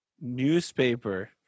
Newspaper